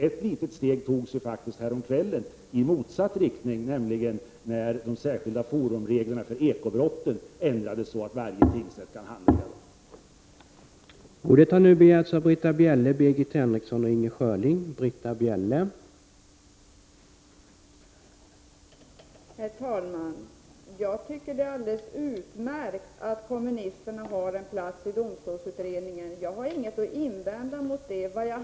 Ett litet steg i motsatt riktning togs faktiskt häromkvällen, nämligen när de särskilda forumreglerna för ekobrotten ändrades så att varje tingsrätt kan handlägga dem.